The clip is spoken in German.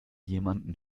jemanden